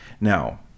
now